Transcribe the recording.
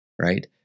right